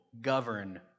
govern